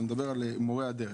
אתה מדבר על מורי הדרך.